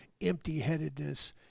empty-headedness